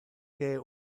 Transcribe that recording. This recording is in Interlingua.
que